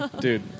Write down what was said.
Dude